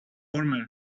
warmer